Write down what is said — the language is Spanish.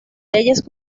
leyes